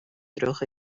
трех